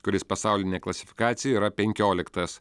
kuris pasaulinėj klasifikacijoj yra penkioliktas